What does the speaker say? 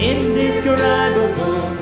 Indescribable